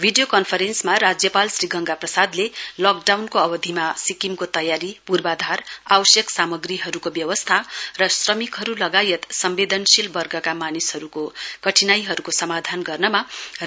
video कन्फरेन्समा राज्यपाल श्री गंगा प्रसादले लकडाउनको अवधिमा सिक्किमको तयारी पूर्वाधार आवश्यक सामाग्रीहरूको व्यवस्था र श्रमिकहरू लगायत संवेदनशील वर्गका मानिसहरूको कठिनाईहरूको समाधानमा